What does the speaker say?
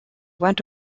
went